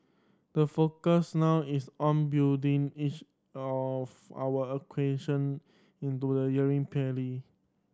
the focus now is on building each of our acquisition into the earning pearly